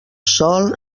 sol